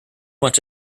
much